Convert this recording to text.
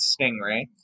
Stingray